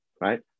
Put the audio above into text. Right